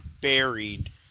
buried